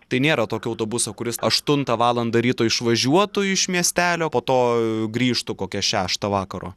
tai nėra tokio autobuso kuris aštuntą valandą ryto išvažiuotų iš miestelio po to grįžtų kokią šeštą vakaro